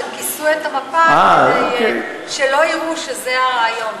הם כיסו את המפה כדי שלא יראו שזה הרעיון.